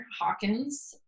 Hawkins